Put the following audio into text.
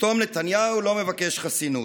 פתאום נתניהו לא מבקש חסינות.